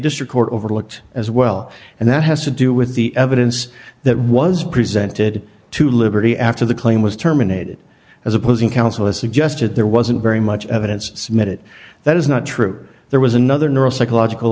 district court overlooked as well and that has to do with the evidence that was presented to liberty after the claim was terminated as opposing counsel has suggested there wasn't very much evidence submitted that is not true there was another neural psychological